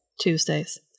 Tuesdays